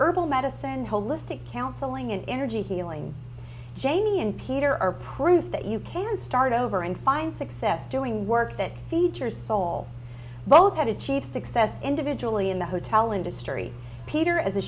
herbal medicine and holistic counseling in energy healing jamie and peter are proof that you can start over and find success doing work that features soul both had achieved success individually in the hotel industry peter as a